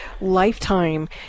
lifetime